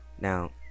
now